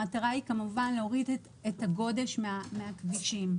הכוונה היא כמובן להוריד את הגודש מן הכבישים.